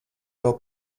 vēl